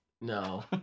No